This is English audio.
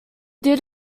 did